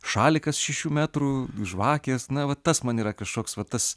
šalikas šešių metrų žvakės na va tas man yra kažkoks va tas